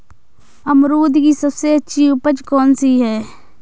अमरूद की सबसे अच्छी उपज कौन सी है?